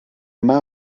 mau